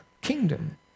kingdom